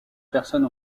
personne